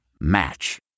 Match